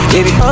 Baby